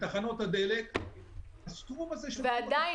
בתחנות הדלק --- אבל עדיין,